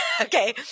Okay